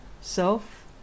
self